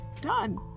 done